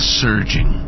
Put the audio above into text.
surging